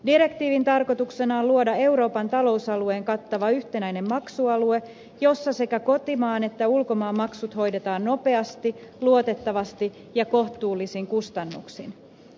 direktiivin tarkoituksena on luoda euroopan talousalueen kattava yhtenäinen maksualue jossa sekä kotimaan että ulkomaan maksut hoidetaan nopeasti luotettavasti ja kohtuullisin kustannuksin